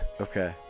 Okay